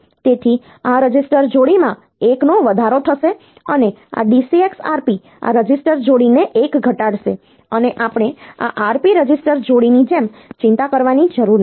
તેથી આ રજિસ્ટર જોડીમાં 1નો વધારો થશે અને આ DCX Rp આ રજિસ્ટર જોડીને 1 ઘટાડશે અને આપણે આ Rp રજિસ્ટર જોડીની જેમ ચિંતા કરવાની જરૂર નથી